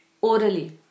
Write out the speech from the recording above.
orally